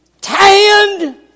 tanned